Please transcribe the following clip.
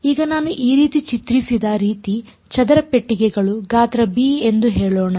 ಈಗ ನಾನು ಈ ರೀತಿ ಚಿತ್ರಿಸಿದ ರೀತಿ ಚದರ ಪೆಟ್ಟಿಗೆಗಳು ಗಾತ್ರ b ಎಂದು ಹೇಳೋಣ